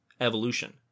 evolution